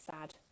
sad